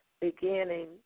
beginning